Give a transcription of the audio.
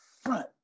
front